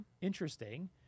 Interesting